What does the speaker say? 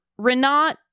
Renat